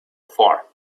far